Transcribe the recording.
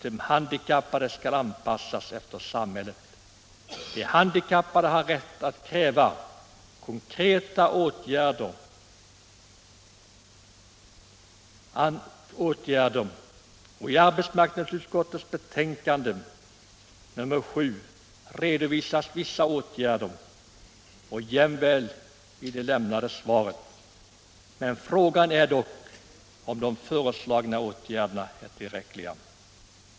De handikappade har rätt att kräva konkreta åtgärder. I arbetsmarknadsutskottets betänkande nr 7 liksom i det lämnade interpellationssvaret redovisas vissa åtgärder, men frågan är om de föreslagna åtgärderna är tillräckliga.